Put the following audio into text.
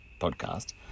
podcast